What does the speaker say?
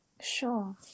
sure